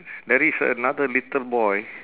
there is another little boy